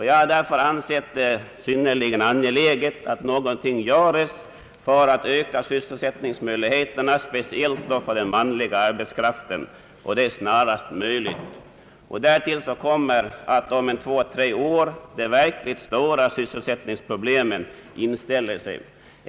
Jag har därför ansett det synnerligen angeläget att något görs för att öka Sysselsättningsmöjligheterna, speciellt för den manliga arbetskraften, och det snarast möjligt. Därtill kommer att om två tre år de verkligt stora sysselsättningsproblemen inställer sig.